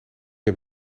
heb